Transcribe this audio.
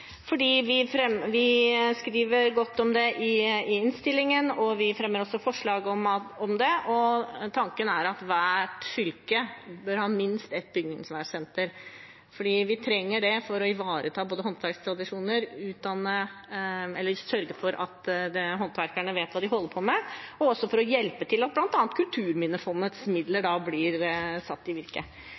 Vi skriver godt om det i innstillingen, og vi fremmer også forslag om det. Tanken er at hvert fylke bør ha minst ett bygningsvernsenter. Vi trenger det både for å ivareta håndverkstradisjoner, sørge for at håndverkerne vet hva de holder på med, og for å hjelpe til med at bl.a. Kulturminnefondets midler blir satt i virke.